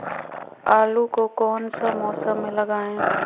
आलू को कौन सा मौसम में लगाए?